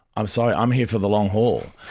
i'm sorry, i'm here for the long haul.